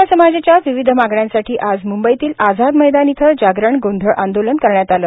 मराठा समाजाच्या विविध मागण्यांसाठी आज म्ंबईतील आझाद मैदान इथं जागरण गोंधळ आंदोलन करण्यात आलं